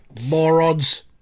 morons